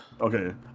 Okay